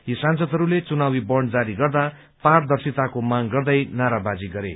यी सांसदहरूले चुनावी वाण्ड जारी गर्दा पारदर्शिताको माग गर्दै नाराबाजी गरे